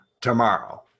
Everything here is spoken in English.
tomorrow